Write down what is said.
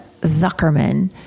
Zuckerman